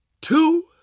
two